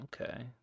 Okay